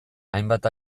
hainbat